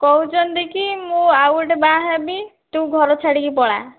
କହୁଛନ୍ତି କି ମୁଁ ଆଉ ଗୋଟେ ବାହାହେବି ତୁ ଘର ଛାଡ଼ିକି ପଳା